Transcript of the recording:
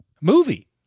Movie